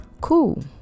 cool